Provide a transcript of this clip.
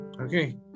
Okay